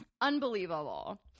Unbelievable